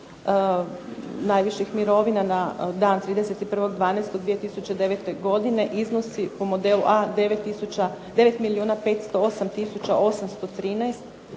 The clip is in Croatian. najviših mirovina na dan 31.12.2009. godine iznosi po modelu A 9